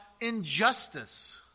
injustice